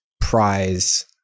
prize